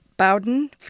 Bowden